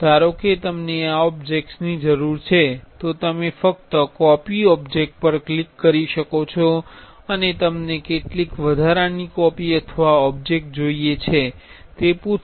ધારો કે તમને આ ઓબ્જેક્ટની જરૂર છે તો તમે ફક્ત કોપી ઓબ્જેક્ટ પર ક્લિક કરી શકો છો અને તમને કેટલી વધારાની કોપી અથવા ઓબ્જેક્ટ જોઈએ છે તે પૂછશે